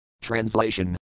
Translation